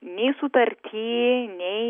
nei sutarty nei